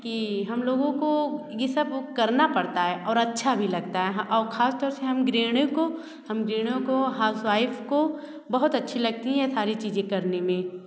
कि हम लोगों को ये सब करना पड़ता है और अच्छा भी लगता है और ख़ासतौर से हम ग्रहणियों को हम ग्रहणियों को हाउसवाइफ काे बहुत अच्छा लगता हैं ये सारी चीज़े करने में